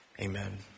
Amen